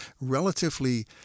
relatively